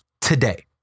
Today